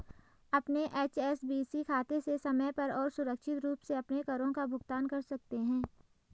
अपने एच.एस.बी.सी खाते से समय पर और सुरक्षित रूप से अपने करों का भुगतान कर सकते हैं